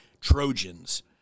Trojans